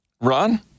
Ron